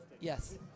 Yes